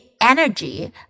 energy